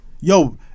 Yo